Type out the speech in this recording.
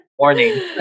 morning